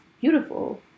beautiful